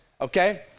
okay